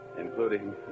including